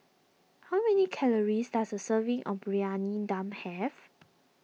how many calories does a serving of Briyani Dum have